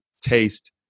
taste